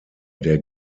der